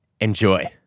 Enjoy